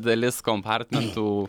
dalis kompartmentų